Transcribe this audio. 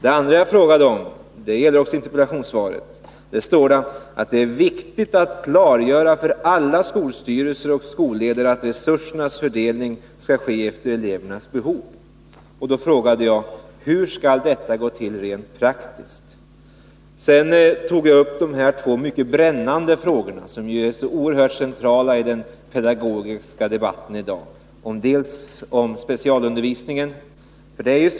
Min andra fråga berörs också i interpellationssvaret. Det står att det är viktigt att klargöra för alla skolstyrelser och skolledare att resursernas fördelning skall ske efter elevernas behov. Jag frågade hur det skall gå till rent praktiskt. Jag ställde vidare två mycket brännande frågor, som är så oerhört centrala i dagens skolpedagogiska debatt. Av dem handlade den ena om specialundervisningen.